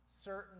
certain